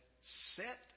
set